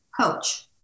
coach